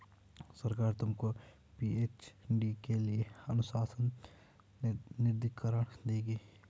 सरकार तुमको पी.एच.डी के लिए अनुसंधान निधिकरण देगी